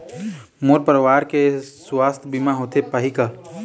मोर परवार के सुवास्थ बीमा होथे पाही का?